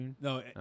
No